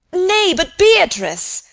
nay, but beatrice